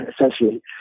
essentially